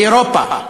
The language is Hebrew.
באירופה.